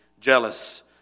jealous